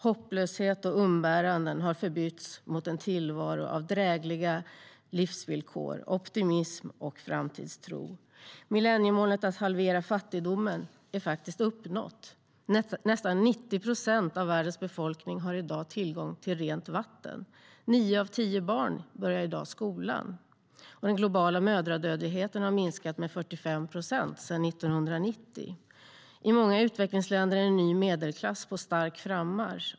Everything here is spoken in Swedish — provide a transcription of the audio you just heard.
Hopplöshet och umbäranden har förbytts mot en tillvaro av drägliga livsvillkor, optimism och framtidstro. Millenniemålet att halvera fattigdomen är faktiskt uppnått, och nästan 90 procent av världens befolkning har i dag tillgång till rent vatten. Nio av tio barn börjar i dag skolan, och den globala mödradödligheten har minskat med 45 procent sedan 1990. I många utvecklingsländer är en ny medelklass på stark frammarsch.